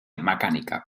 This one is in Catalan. mecànica